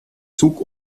zug